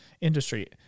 industry